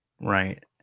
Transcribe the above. Right